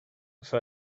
för